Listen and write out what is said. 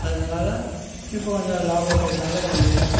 அதனால் இப்போ கொஞ்சம் லாபம் இருக்கறதுனால் கொஞ்சம் அதிகம்